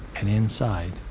and inside,